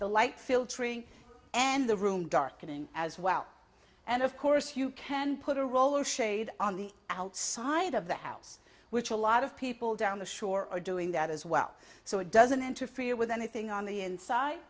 the light filtering and the room darkening as well and of course you can put a roll shade on the outside of the house which a lot of people down the shore are doing that as well so it doesn't interfere with anything on the inside